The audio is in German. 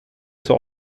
zur